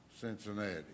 Cincinnati